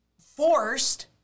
forced